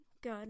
good